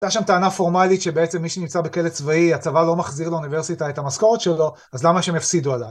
הייתה שם טענה פורמלית שבעצם מי שנמצא בכלא צבאי, הצבא לא מחזיר לאוניברסיטה את המשכורת שלו, אז למה שהם יפסידו עליו?